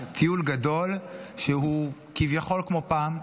טיול גדול שהוא כביכול כמו פעם,